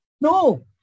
no